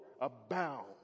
abound